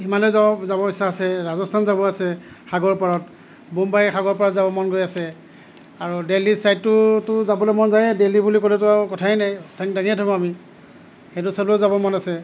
হিমালয় যাব যাব ইচ্ছা আছে ৰাজস্থান যাব আছে সাগৰৰ পাৰত বোম্বাইৰ সাগৰ পাৰত যাব মন গৈ আছে আৰু দেলহীৰ ছাইডটোতো যাবলৈ মন যায়ে দেলহী বুলি ক'লেটো আৰু কথায়ে নাই ঠেং দাঙিয়েই থাকোঁ আমি সেইটো ছাইডেও যাব মন আছে